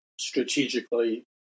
strategically